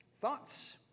Thoughts